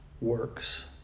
works